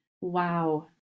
wow